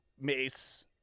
mace